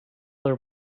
their